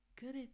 good